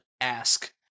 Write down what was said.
ask